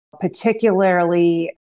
particularly